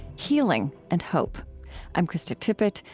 healing, and hope i'm krista tippett.